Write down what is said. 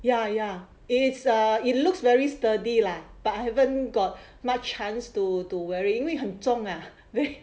ya ya it's a it looks very sturdy lah but I haven't got much chance to to wearing 因为很重 ah